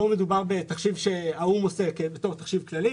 כאן מדובר בתחשיב שעושה האו"מ כתחשיב כללי.